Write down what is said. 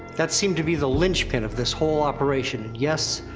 that seemed to be the linchpin of this whole operation. yes.